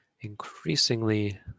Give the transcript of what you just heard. increasingly